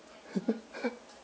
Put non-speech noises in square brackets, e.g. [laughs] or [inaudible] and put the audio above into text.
[laughs]